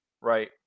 Right